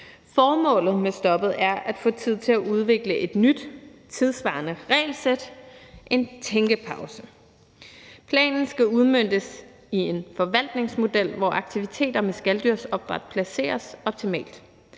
Formålet med stoppet er at få tid til at udvikle et nyt tidssvarende regelsæt, en tænkepause. Planen skal udmøntes i en forvaltningsmodel, hvor aktiviteter med skaldyrsopdræt placeres optimalt.